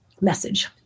message